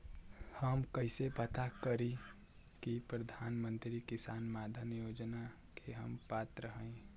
हम कइसे पता करी कि प्रधान मंत्री किसान मानधन योजना के हम पात्र हई?